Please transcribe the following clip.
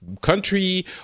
country